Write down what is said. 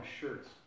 shirts